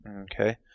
Okay